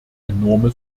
enorme